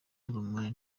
ururimi